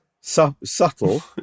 Subtle